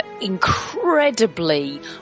incredibly